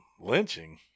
Lynching